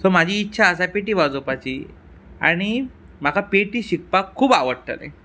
so म्हाजी इत्सा आसा पेटी वाजोवपाची आनी म्हाका पेटी शिकपाक खूब आवडटलें